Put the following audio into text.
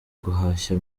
guhashya